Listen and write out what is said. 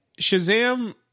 Shazam